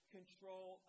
control